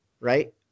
right